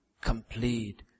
complete